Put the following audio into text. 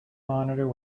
monitor